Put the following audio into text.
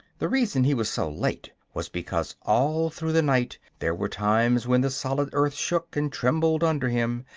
the reason he was so late was because all through the night there were times when the solid earth shook and trembled under him,